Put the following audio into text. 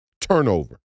Turnover